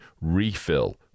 refill